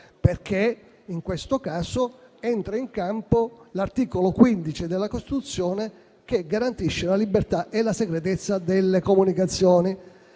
caso, infatti, entra in campo l'articolo 15 della Costituzione che garantisce la libertà e la segretezza delle comunicazioni.